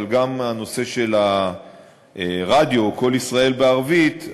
אבל גם הנושא של הרדיו או "קול ישראל" בערבית,